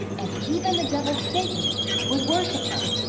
and even the devil satan would worship him.